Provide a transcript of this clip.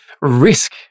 risk